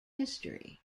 history